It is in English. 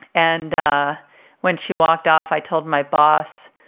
and when she walked off, i told my boss,